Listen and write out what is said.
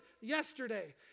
yesterday